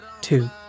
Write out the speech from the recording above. two